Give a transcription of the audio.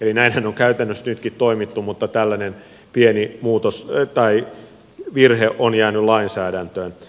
eli näinhän on käytännössä nytkin toimittu mutta tällainen pieni virhe on jäänyt lainsäädäntöön